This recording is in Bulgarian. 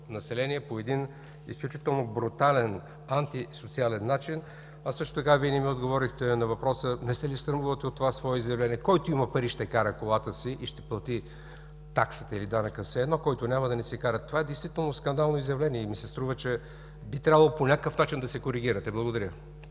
население по един изключително брутален, антисоциален начин. А също така Вие не ми отговорихте на въпроса: не се ли срамувате от това свое изявление: който има пари, ще кара колата си и ще плати таксата или данъка – все едно, който няма, да не кара? Това е действително скандално изявление и ми се струва, че би трябвало по някакъв начин да се коригирате. Благодаря.